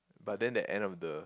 but then the end of the